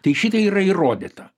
tai šitai yra įrodyta